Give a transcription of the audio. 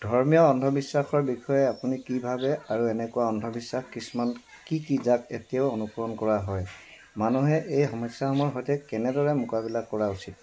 ধৰ্মীয় অন্ধবিশ্বাসৰ বিষয়ে আপুনি কি ভাৱে আৰু এনেকুৱা অন্ধবিশ্বাস কিছুমান কি কি যাক এতিয়াও অনুকৰণ কৰা হয় মানুহে এই সমস্যাসমূহৰ সৈতে কেনেদৰে মোকাবিলা কৰা উচিত